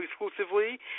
exclusively